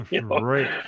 right